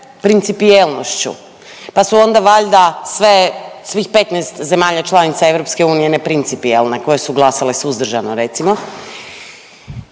principijelnošću pa su onda valjda sve svih 15 zemalja članica Europske unije neprincipijelne, koje su glasale suzdržano recimo.